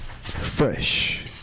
Fresh